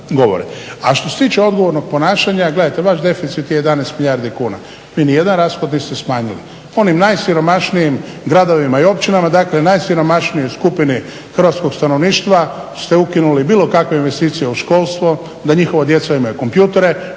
A što se tiče odgovornog ponašanja gledajte vaš deficit je 11 milijardi kuna. Vi ni jedan rashod niste smanjili. Oni najsiromašnijim gradovima i općinama dakle najsiromašnijoj skupini hrvatskog stanovništava ste ukinuli bilo kakve investicije u školstvo, da njihova djeca imaju kompjutere,